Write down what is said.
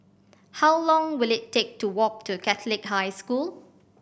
how long will it take to walk to Catholic High School